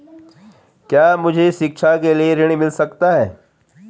क्या मुझे शिक्षा के लिए ऋण मिल सकता है?